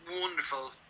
wonderful